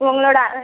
உங்களோடய